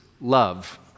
love